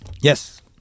Yes